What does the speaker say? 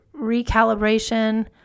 recalibration